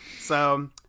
So-